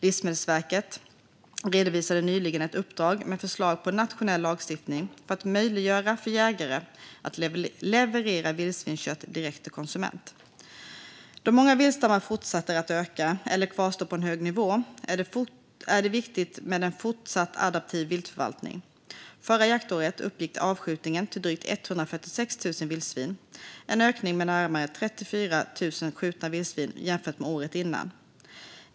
Livsmedelsverket redovisade nyligen ett uppdrag med förslag på nationell lagstiftning för att möjliggöra för jägare att leverera vildsvinskött direkt till konsument. Då många viltstammar fortsätter att öka, eller kvarstår på en hög nivå, är det viktigt med en fortsatt adaptiv viltförvaltning. Förra jaktåret uppgick avskjutningen till drygt 146 000 vildsvin, en ökning med närmare 34 000 skjutna vildsvin jämfört med året innan.